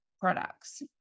products